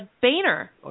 Boehner